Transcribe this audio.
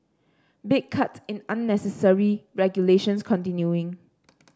big cuts in unnecessary regulations continuing